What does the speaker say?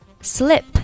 Slip